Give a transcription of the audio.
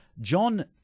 John